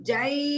Jai